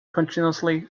continuously